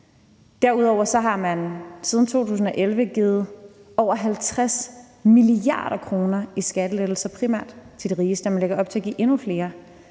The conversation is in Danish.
Derudover har man siden 2011 givet over 50 mia. kr. i skattelettelser til primært de rigeste, og man lægger op til at give endnu flere